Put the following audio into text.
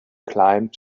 climbed